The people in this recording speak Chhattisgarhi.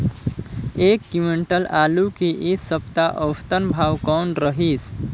एक क्विंटल आलू के ऐ सप्ता औसतन भाव कौन रहिस?